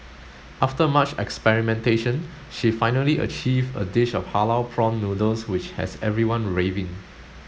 after much experimentation she finally achieved a dish of halal prawn noodles which has everyone raving